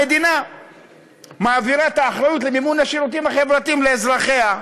המדינה מעבירה את האחריות למימון השירותים החברתיים לאזרחיה,